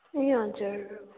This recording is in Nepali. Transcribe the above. ए हजुर